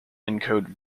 encode